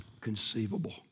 conceivable